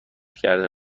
کرده